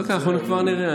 אנחנו כבר נראה.